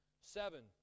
seven